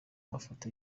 mafoto